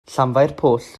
llanfairpwll